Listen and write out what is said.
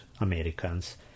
Americans